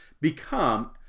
become